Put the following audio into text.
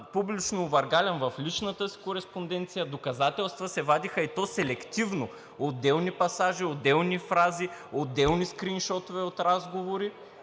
публично овъргалян в личната си кореспонденция. Доказателства се вадеха, и то селективно – отделни пасажи, отделни фрази, отделни скрийншотове от разговори,